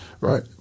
right